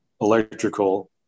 electrical